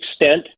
extent